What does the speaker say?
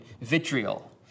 vitriol